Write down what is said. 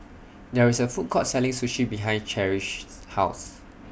There IS A Food Court Selling Sushi behind Cherish's House